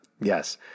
yes